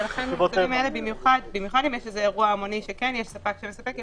ולכן במיוחד אם יש אירוע המוני שיש ספק שמספק,